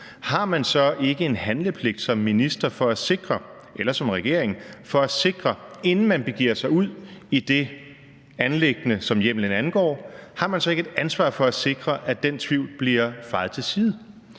har man så som minister eller som regering ikke, inden man begiver sig ud i det anliggende, som hjemmelen angår, en handlepligt til og et ansvar for at sikre, at den tvivl bliver fejet til side?